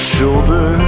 shoulder